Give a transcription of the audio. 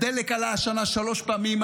הדלק עלה השנה שלוש פעמים,